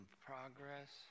progress